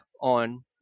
on